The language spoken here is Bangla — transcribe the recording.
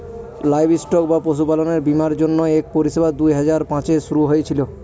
লাইভস্টক বা পশুপালনের বীমার জন্য এক পরিষেবা দুই হাজার পাঁচে শুরু হয়েছিল